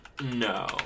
No